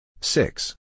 Six